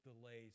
delays